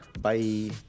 Bye